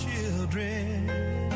children